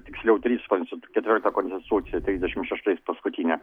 tiksliau trys konsti ketvirta konstitucija trisdešim šeštais paskutinė